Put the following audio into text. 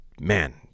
man